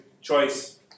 choice